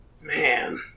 Man